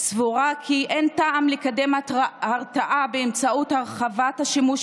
סבורה כי אין טעם לקדם הרתעה באמצעות הרחבת השימוש